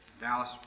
Dallas